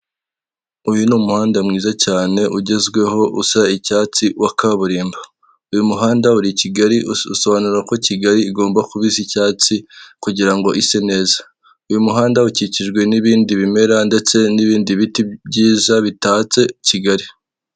Inyubako ndende isa n'amabara ya oranje ndetse n'ibirahure biyigize, icyapa kinini cy'umukara kiriho amagambo ya gihozo hoteli yanditse mu mabara y'umutuku ndetse n'umweru, ibinyabiziga biparitse imbere y'iyo nyubako ndetse n'abantu bagiye barimo baracaho.